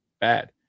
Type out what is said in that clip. bad